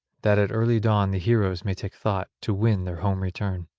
that at early dawn the heroes may take thought to win their home-return.